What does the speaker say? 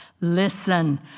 listen